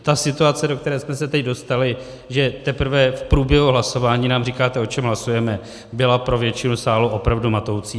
Ta situace, do které jsme se teď dostali, že teprve v průběhu hlasování nám říkáte, o čem hlasujeme, byla pro většinu sálu opravdu matoucí.